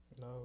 No